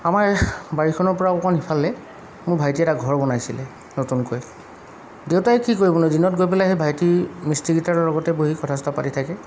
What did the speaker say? আমাৰ এই বাৰীখনৰপৰা অকণ সিফালে মোৰ ভাইটি এটা ঘৰ বনাইছিলে নতুনকৈ দেউতাই কি কৰিবনো দিনত গৈ পেলাই সেই ভাইটিৰ মিষ্ট্ৰিকেইটাৰ লগতে বহি কথা চথা পাতি থাকে